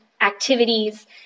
activities